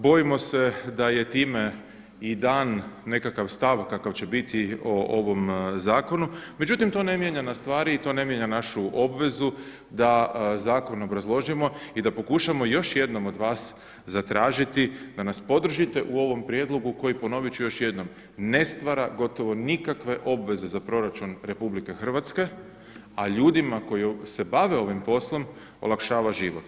Bojimo se da je time i dan nekakav stav kakav će biti o ovom zakonu međutim to ne mijenja na stvari i to ne mijenja našu obvezu da zakon obrazložimo i da pokušamo još jednom od vas zatražiti da nas podržite u ovom prijedlogu koji ponoviti ću još jednom ne stvara gotovo nikakve obveze za proračun RH a ljudima koji se bave ovim poslom olakšava život.